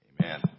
Amen